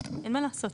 אין מה לעשות,